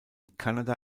kanada